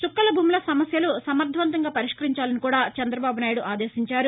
చుక్కల భూముల సమస్యలు సమర్దవంతంగా పరిష్కరించాలని కూడా చంద్రబాబు నాయుడు ఆదేశించారు